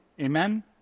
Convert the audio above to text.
Amen